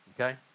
okay